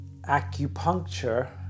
acupuncture